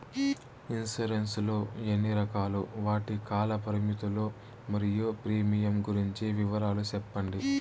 Insurance లు ఎన్ని రకాలు? వాటి కాల పరిమితులు మరియు ప్రీమియం గురించి వివరాలు సెప్పండి?